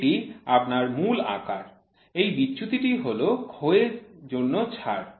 এটি আপনার মূল আকার এই বিচ্যুতিটি হল ক্ষয়ের যাওয়ার জন্য ছাড়